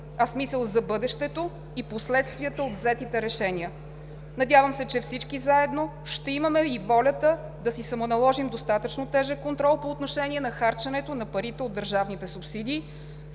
а с мисъл за бъдещето и последствието от взетите решения. Надявам се, че всички заедно ще имаме и волята да си самоналожим достатъчно тежък контрол по отношение на харченето на парите от държавните субсидии.